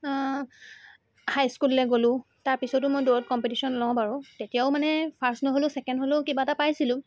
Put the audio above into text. হাইস্কুললৈ গ'লো তাৰপিছতো মই দৌৰত কম্পিটিশ্যন লওঁ আৰু তেতিয়াও মানে ফাৰ্ষ্ট নহ'লেও ছেকেণ্ড কিবা এটা মানে পাইছিলো